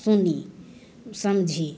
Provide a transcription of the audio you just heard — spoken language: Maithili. सुनी समझी